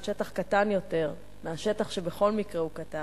שטח קטן יותר מהשטח שבכל מקרה הוא קטן,